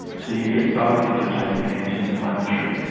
so you get both if you're taking an anti-inflammatory.